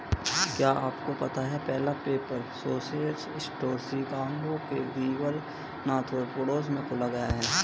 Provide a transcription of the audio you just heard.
क्या आपको पता है पहला पेपर सोर्स स्टोर शिकागो के रिवर नॉर्थ पड़ोस में खोला गया?